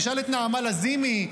תשאל את נעמה לזימי,